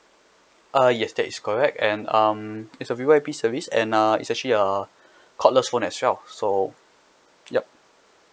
uh yes that is correct and um it's a V_V_I_P service and uh it's actually a cordless phone as well so yup